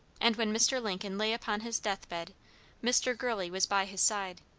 and when mr. lincoln lay upon his death-bed mr. gurley was by his side.